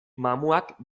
mamuak